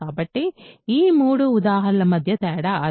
కాబట్టి ఈ మూడు ఉదాహరణల మధ్య తేడా అదే